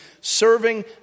serving